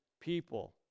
people